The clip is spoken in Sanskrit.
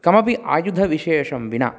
कमपि आयुधविशेषं विना